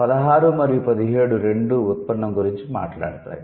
పదహారు మరియు పదిహేడు రెండూ ఉత్పన్నం గురించి మాట్లాడుతాయి